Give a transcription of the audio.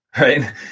right